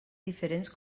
diferents